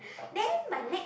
then my next